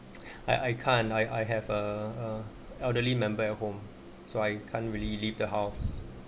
I I can't I I have ah a elderly member at home so I can't really leave the house